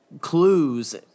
clues